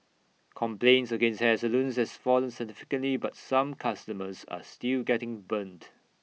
complaints against hair salons has fallen significantly but some customers are still getting burnt